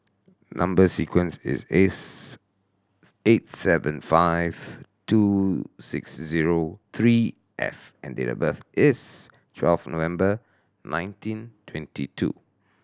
number sequence is S eight seven five two six zero three F and date of birth is twelve November nineteen twenty two